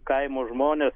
kaimo žmonės